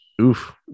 Oof